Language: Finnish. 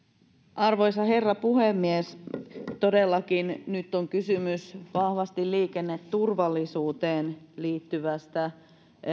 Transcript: arvoisa herra puhemies todellakin nyt on kysymys vahvasti liikenneturvallisuuteen liittyvästä